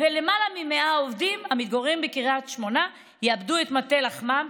ולמעלה מ-100 עובדים המתגוררים בקריית שמונה יאבדו את מטה לחמם,